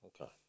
Okay